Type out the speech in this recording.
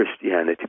Christianity